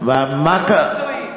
זה לא מקצועי.